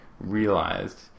realized